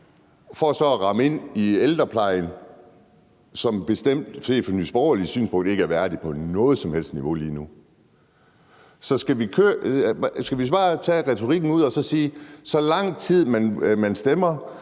som set fra Nye Borgerliges synspunkt bestemt ikke er værdig på nogen som helst måde lige nu. Så skal vi bare tage retorikken væk og sige: Så længe man stemmer